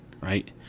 right